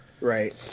Right